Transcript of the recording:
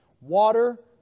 water